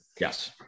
Yes